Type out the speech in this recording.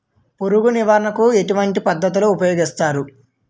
పురుగు నివారణ కు ఎటువంటి పద్ధతులు ఊపయోగిస్తారు?